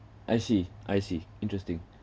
I see I see interesting